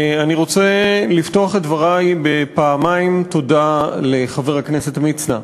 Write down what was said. אני רוצה לפתוח את דברי בפעמיים תודה לחבר הכנסת מצנע.